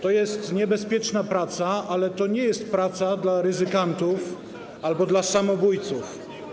To jest niebezpieczna praca, ale to nie jest praca dla ryzykantów albo dla samobójców.